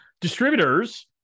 distributors